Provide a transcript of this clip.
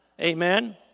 Amen